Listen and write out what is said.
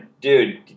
dude